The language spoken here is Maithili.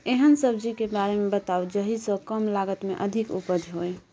एहन सब्जी के बारे मे बताऊ जाहि सॅ कम लागत मे अधिक उपज होय?